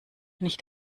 nicht